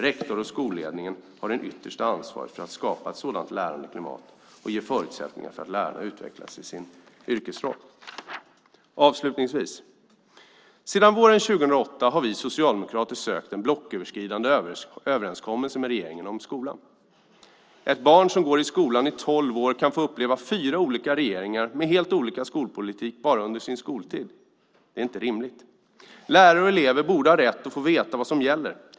Rektor och skolledning har det yttersta ansvaret för att skapa ett sådant lärande klimat och för att ge lärarna förutsättningar att utvecklas i sin yrkesroll. Sedan våren 2008 har vi socialdemokrater sökt en blocköverskridande överenskommelse med regeringen om skolan. Ett barn som går i skolan i tolv år kan få uppleva fyra olika regeringar med helt olika skolpolitik - alltså bara under sin skoltid! Detta är inte rimligt. Lärare och elever borde ha rätt att få veta vad som gäller.